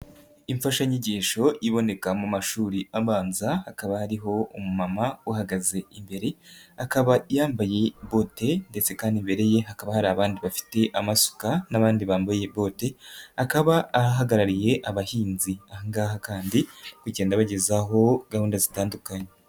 Imfashanyigisho iboneka mu mashuri abanza hakaba hariho umumama uhagaze imbere akaba yambaye bote ndetse kandi imbere ye hakaba hari abandi bafite amasuka n'abandi bambaye bote, akaba ahagarariye abahinzi, aha ngaha kandi agenda agezaho gahunda zitandukanye.